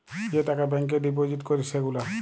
যে টাকা ব্যাংকে ডিপজিট ক্যরে সে গুলা